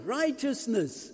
righteousness